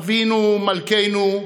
אבינו מלכנו,